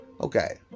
Okay